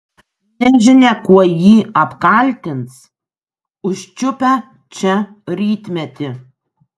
nežinia kuo jį apkaltins užčiupę čia rytmetį